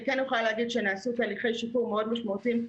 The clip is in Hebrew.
אני כן יכולה להגיד שנעשו תהליכי שיפור משמעותיים מאוד,